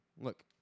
look